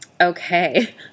okay